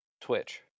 Twitch